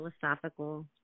philosophical